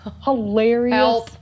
hilarious